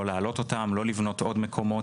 לא להעלות אותם לא לבנות עוד מקומות.